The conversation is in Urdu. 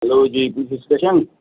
ہیلو جی پولس اسٹیشن